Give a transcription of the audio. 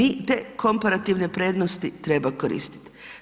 Mi te komparativne prednosti treba koristit.